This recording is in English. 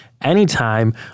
anytime